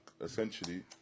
essentially